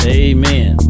amen